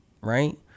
Right